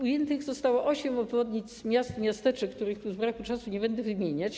Ujętych zostało osiem obwodnic miast, miasteczek, których tu z braku czasu nie będę wymieniać.